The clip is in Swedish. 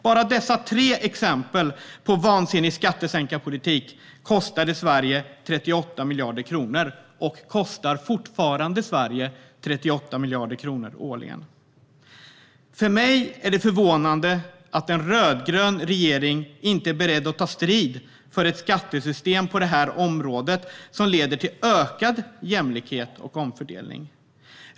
Bara dessa tre exempel på vansinnig skattesänkarpolitik kostade - och kostar fortfarande - Sverige 38 miljarder kronor årligen. För mig är det förvånande att en rödgrön regering inte är beredd att ta strid för ett skattesystem på det här området som leder till ökad jämlikhet och omfördelning.